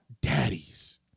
daddies